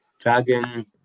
Dragon